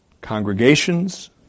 congregations